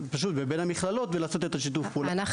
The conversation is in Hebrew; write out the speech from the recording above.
ובין המכללות ולעשות את השיתוף פעולה,